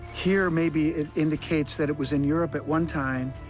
here, maybe it indicates that it was in europe at one time,